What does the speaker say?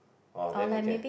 orh then they can